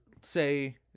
say